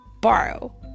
borrow